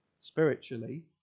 spiritually